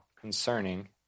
concerning